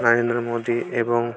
নরেন্দ্র মোদী এবং